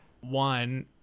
one